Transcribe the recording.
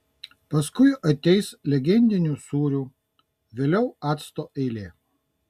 paskui ateis legendinių sūrių vėliau acto eilė